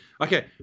okay